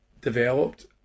developed